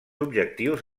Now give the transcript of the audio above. objectius